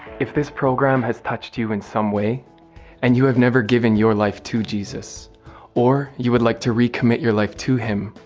if this program has touched you in some way and you have never given your life to jesus or you would like to recommit your life to him,